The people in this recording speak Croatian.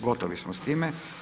Gotovi smo s time.